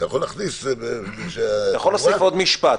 אתה יכול להוסיף עוד משפט,